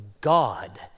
God